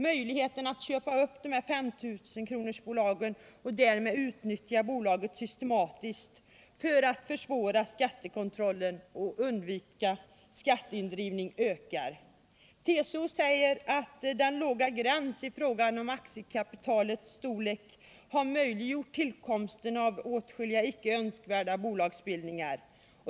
Möjligheterna att köpa upp 5 000-kronorsbolag och därmed utnyttja bolaget systematiskt, för att försvåra skattekontrollen och undkomma skatteindrivning, ökar. TCO säger att den låga gränsen i fråga om aktiekapitalets storlek har möjliggjort tillkomsten av åtskilliga icke önskvärda bolagsbildningar.